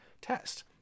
test